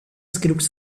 scripts